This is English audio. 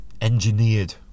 engineered